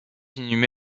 inhumé